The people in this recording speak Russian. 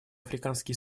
африканские